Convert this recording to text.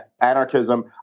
anarchism